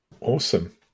Awesome